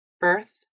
birth